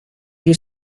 your